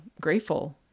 grateful